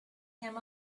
him